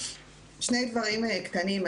שני דברים קטנים.